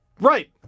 Right